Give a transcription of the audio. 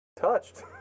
touched